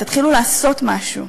תתחילו לעשות משהו.